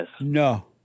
No